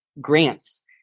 grants